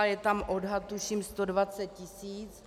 Je tam odhad tuším 120 tisíc.